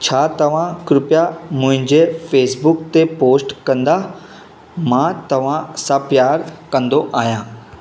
छा तव्हां कृपया मुंहिंजे फेसबुक ते पोस्ट कंदा मां तव्हां सां प्यारु कंदो आहियां